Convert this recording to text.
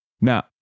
Now